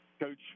Coach